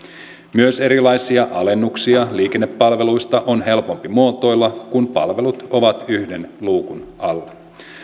myös erilaisia alennuksia liikennepalveluista on helpompi muotoilla kun palvelut ovat yhden luukun alla